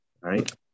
Right